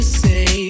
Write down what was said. say